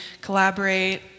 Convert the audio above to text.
collaborate